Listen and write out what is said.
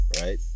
right